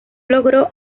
logró